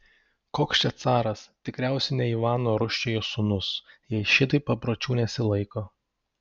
koks čia caras tikriausiai ne ivano rūsčiojo sūnus jei šitaip papročių nesilaiko